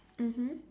mmhmm